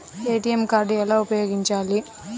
ATM card ఎలా ఉపయోగించాలి?